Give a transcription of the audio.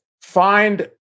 find